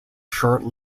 short